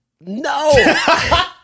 No